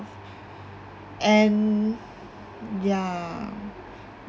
and ya